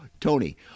Tony